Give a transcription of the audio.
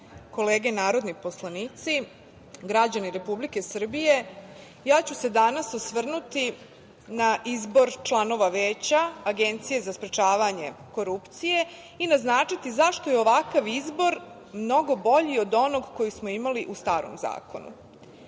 kolege narodni poslanici, građani Republike Srbije, ja ću se danas osvrnuti na izbor članova Veća Agencije za sprečavanje korupcije i naznačiti zašto je ovakav izbor mnogo bolji od onoga koji smo imali u starom